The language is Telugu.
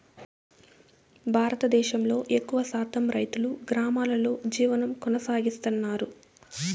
భారతదేశంలో ఎక్కువ శాతం రైతులు గ్రామాలలో జీవనం కొనసాగిస్తన్నారు